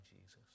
Jesus